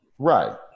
Right